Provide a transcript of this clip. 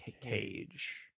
Cage